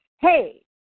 hey